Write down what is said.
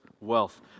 wealth